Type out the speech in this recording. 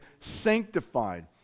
sanctified